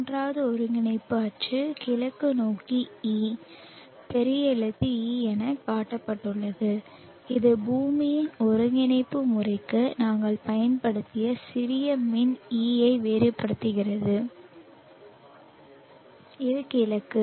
மூன்றாவது ஒருங்கிணைப்பு அச்சு கிழக்கு நோக்கி E பெரிய எழுத்து E எனக் காட்டப்பட்டுள்ளது இது பூமியின் ஒருங்கிணைப்பு முறைக்கு நாங்கள் பயன்படுத்திய சிறிய மின் E ஐ வேறுபடுத்துகிறது இது கிழக்கு